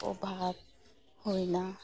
ᱚᱵᱷᱟᱵ ᱦᱩᱭᱱᱟ